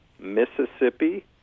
Mississippi